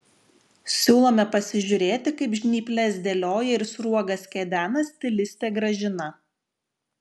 siūlome pasižiūrėti kaip žnyples dėlioja ir sruogas kedena stilistė gražina